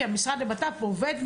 כי המשרד לבט"פ עובד על זה.